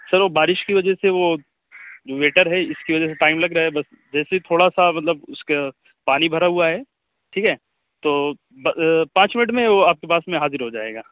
سر وہ بارش کی وجہ سے وہ ویٹر ہے اس کی وجہ سے ٹائم لگ رہا ہے بس جیسے ہی تھوڑا سا مطلب اس کا پانی بھرا ہوا ہے ٹھیک ہے تو پانچ منٹ میں وہ آپ کے پاس میں حاضر ہو جائے گا